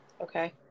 okay